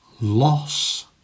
loss